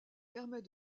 permet